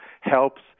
helps